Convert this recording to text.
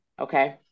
okay